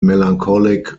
melancholic